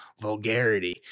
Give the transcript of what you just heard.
vulgarity